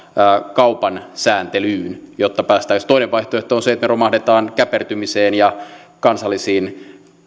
kaupan sääntelyyn toinen vaihtoehto on se että me romahdamme käpertymiseen ja kansallisiin